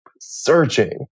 searching